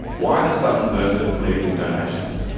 why the sudden burst of political donations?